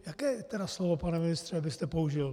Jaké slovo, pane ministře, byste tedy použil?